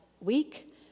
week